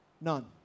None